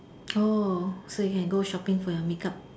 oh so you can go shopping for your makeup